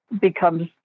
becomes